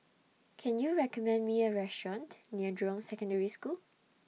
Can YOU recommend Me A Restaurant near Jurong Secondary School